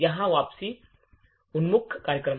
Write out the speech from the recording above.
या वापसी उन्मुख कार्यक्रम